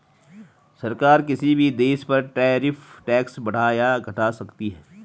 सरकार किसी भी देश पर टैरिफ टैक्स बढ़ा या घटा सकती है